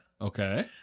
Okay